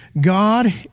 God